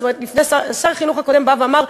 שר החינוך הקודם בא ואמר: